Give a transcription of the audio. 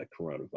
coronavirus